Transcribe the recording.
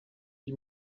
vie